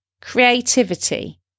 creativity